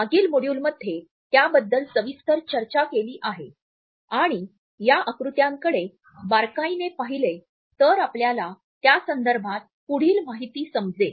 मागील मॉड्यूलमध्ये त्याबद्दल सविस्तर चर्चा केली आहे आणि या आकृत्याकडे बारकाईने पाहिले तर आपल्याला त्यासंदर्भात पुढील माहिती समजेल